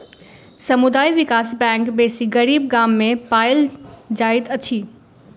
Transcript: समुदाय विकास बैंक बेसी गरीब गाम में पाओल जाइत अछि